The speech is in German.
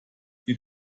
die